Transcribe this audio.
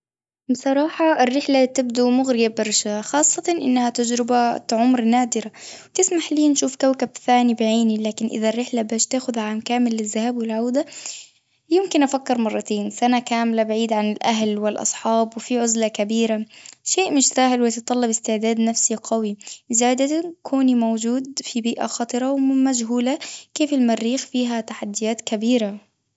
بصراحة الرحلة تبدو مغرية برشا خاصة إنها تجربة عمر نادرة، تسمح لي نشوف كوكب ثاني بعيني لكن إذا الرحلة بيش تاخد عام كامل من الذهاب والعودة، يمكن أفكر مرتين سنة كاملة بعيدة عن الأهل والأصحاب وفي عزلة كبيرة، شيء مش سهل ويتطلب استعداد نفسي قوي، زادة كوني موجود في بيئة خطرة ومجهولة كيف المريخ فيها تحديات كبيرة.